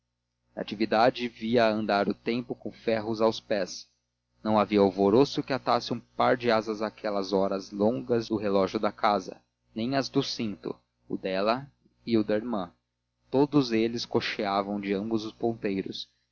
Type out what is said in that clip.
natividade via andar o tempo com ferros aos pés não havia alvoroço que atasse um par de asas àquelas horas longas do relógio da casa nem aos do cinto o dela e o da irmã todos eles coxeavam de ambos os ponteiros